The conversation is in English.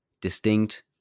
distinct